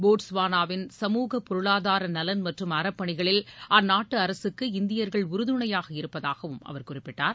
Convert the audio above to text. போட்ஸ்வானாவின் சமூக பொருளாதார நலன் மற்றும் அறப்பணிகளில் அந்நாட்டு அரசுக்கு இந்தியர்கள் உறுதுணையாக இருப்பதாகவும் அவர் குறிப்பிட்டார்